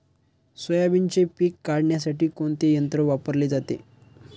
सोयाबीनचे पीक काढण्यासाठी कोणते यंत्र वापरले जाते?